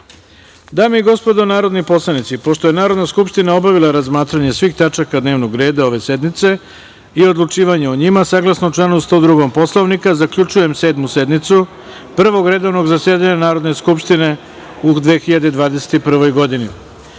i gospodo narodni poslanici, pošto je Narodna skupština obavila razmatranje svih tačaka dnevnog reda ove sednice i odlučivanje o njima, saglasno članu 102. Poslovnika, zaključujem Sedmu sednicu Prvog redovnog zasedanja Narodne skupštine Republike